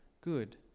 good